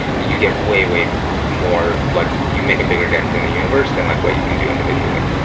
you get way, way more. like you make a bigger dent in the universe than like what you can do individually.